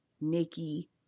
nikki